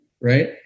right